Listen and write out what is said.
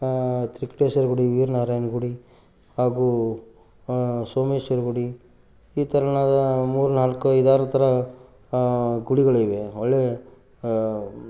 ತ್ರಿಕೂಟೇಶ್ವರ ಗುಡಿ ವೀರ ನಾರಾಯಣ ಗುಡಿ ಹಾಗೂ ಸೋಮೇಶ್ವರ ಗುಡಿ ಈ ಥರನಾದ ಮೂರು ನಾಲ್ಕು ಐದು ಆರು ಥರ ಗುಡಿಗಳಿವೆ ಒಳ್ಳೆಯ